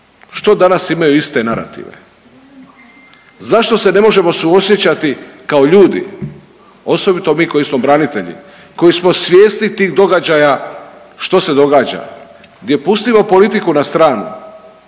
što danas imaju iste narative? Zašto se ne možemo suosjećati kao ljudi, osobito mi koji smo branitelji, koji smo svjesni tih događaja što se događa, gdje pustimo politiku na stranu